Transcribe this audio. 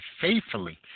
faithfully